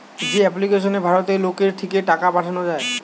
যে এপ্লিকেশনে ভারতের লোকের থিকে টাকা পাঠানা যায়